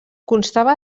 constava